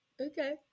Okay